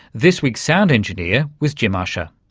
this week's sound engineer was jim ussher.